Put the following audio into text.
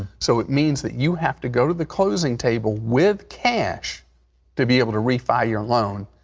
so, it means that you have to go to the closing table with cash to be able to refi your loan,